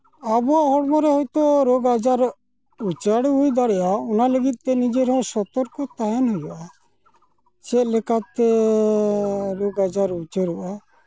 ᱟᱵᱚ ᱟᱵᱚ ᱨᱮ ᱦᱳᱭᱛᱳ ᱨᱳᱜᱽ ᱟᱡᱟᱨ ᱩᱪᱟᱹᱲ ᱦᱩᱭ ᱫᱟᱲᱮᱭᱟᱜᱼᱟ ᱚᱱᱟ ᱞᱟᱹᱜᱤᱫ ᱛᱮ ᱱᱤᱡᱮᱨ ᱦᱚᱸ ᱥᱚᱛᱚᱨᱠᱚ ᱛᱟᱦᱮᱱ ᱦᱩᱭᱩᱜᱼᱟ ᱪᱮᱫᱞᱮᱠᱟᱛᱮ ᱨᱳᱜᱽ ᱟᱡᱟᱨ ᱩᱪᱟᱹᱲᱚᱜᱼᱟ